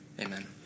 Amen